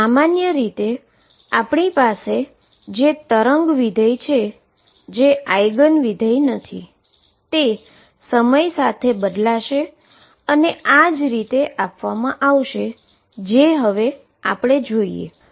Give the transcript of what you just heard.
સામાન્ય રીતે આપણે પાસે જે વેવ ફંક્શન છે જે આઈગન ફંક્શન નથી અને તે સમય સાથે બદલાશે અને તે આ રીતે આપવામાં આવશે જે આપણે હવે જોઈએ